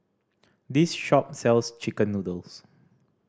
this shop sells chicken noodles